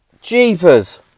Jeepers